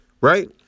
right